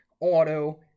auto